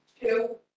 two